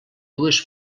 dues